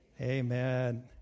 Amen